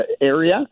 area